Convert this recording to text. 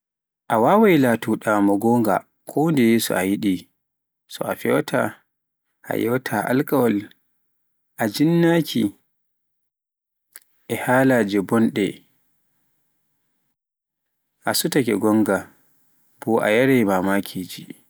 a wawaai laato ɗaa mo goonga kondeye so a yiɗi, a fewaata, a yewaata alkawal, a jinnaki e halaaje bonɗe, a suutaake goonga, boo e yaraai mamakiji.